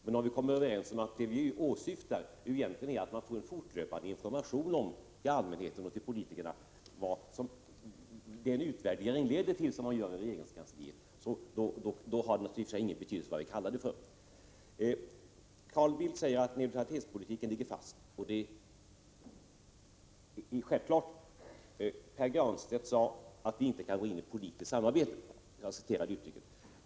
Men om vi kommer överens om att det som vi egentligen åsyftar är att få fortlöpande information till allmänheten och till politikerna om vad den utvärdering leder till som man gör i regeringskansliet, så har det naturligtvis ingen betydelse vad vi kallar detta för. Carl Bildt sade att neutralitetspolitiken ligger fast. Det är självklart. Pär Granstedt sade att vi inte kan gå in i ”politiskt samarbete”.